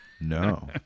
No